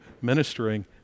ministering